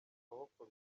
amaboko